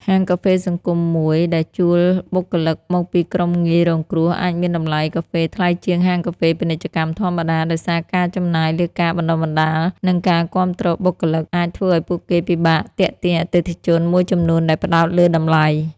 ហាងកាហ្វេសង្គមមួយ ដែលជួលបុគ្គលិកមកពីក្រុមងាយរងគ្រោះ អាចមានតម្លៃកាហ្វេថ្លៃជាងហាងកាហ្វេពាណិជ្ជកម្មធម្មតា ដោយសារការចំណាយលើការបណ្តុះបណ្តាល និងការគាំទ្របុគ្គលិក អាចធ្វើឲ្យពួកគេពិបាកទាក់ទាញអតិថិជន មួយចំនួនដែលផ្តោតលើតម្លៃ។